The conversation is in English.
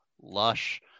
lush